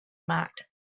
marked